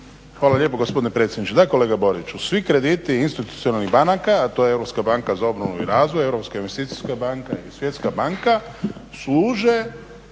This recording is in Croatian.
Hvala lijepo gospodine predsjedniče. Da kolega Boriću, svi krediti institucionalnih banaka a to je Europska banka za obnovu i razvoj, Europska investicijska banka i Svjetska banka služe